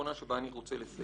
ואני לא מתכוון לתמוך.